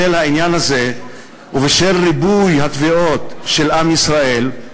בשל העניין הזה ובשל ריבוי התביעות של עם ישראל,